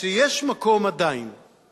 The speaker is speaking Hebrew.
שיש מקום עדיין